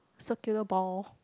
circular ball